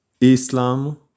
Islam